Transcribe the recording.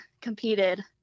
competed